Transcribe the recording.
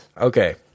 Okay